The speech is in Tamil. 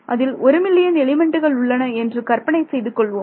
அதில் ஒரு மில்லியன் எலிமெண்ட்டுகள் உள்ளன என்று கற்பனை செய்து கொள்வோம்